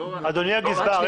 תומר אדוני הגזבר,